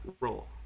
role